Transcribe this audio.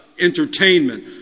entertainment